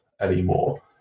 anymore